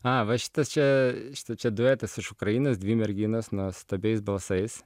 a va šitas čia štai čia duetas iš ukrainos dvi merginos nuostabiais balsais